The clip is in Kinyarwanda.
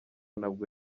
nabwo